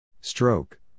Stroke